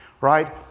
right